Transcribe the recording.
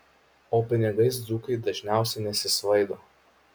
o pinigais dzūkai dažniausiai nesisvaido